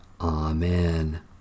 Amen